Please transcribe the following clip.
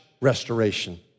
restoration